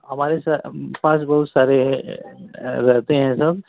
हमारे सर पास बहुत सारे रहते हैं सब